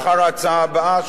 לאחר ההצעה הבאה,